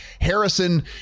Harrison